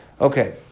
Okay